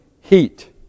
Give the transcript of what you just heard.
heat